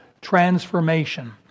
transformation